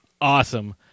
awesome